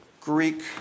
Greek